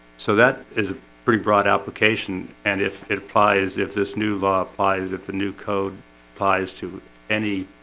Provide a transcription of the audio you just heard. so that is a pretty broad application and if it applies if this new law applies if the new code applies to any